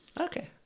Okay